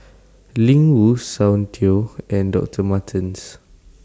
Ling Wu Soundteoh and Doctor Martens